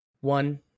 one